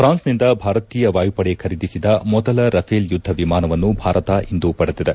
ಪ್ರಾನ್ಸಿಂದ ಭಾರತೀಯ ವಾಯುಪಡೆ ಖರೀದಿಸಿದ ಮೊದಲ ರಫೇಲ್ ಯುದ್ಲ ವಿಮಾನವನ್ನು ಭಾರತ ಇಂದು ಪಡೆದಿದೆ